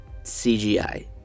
CGI